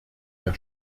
der